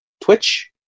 Twitch